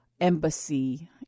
embassy